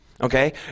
Okay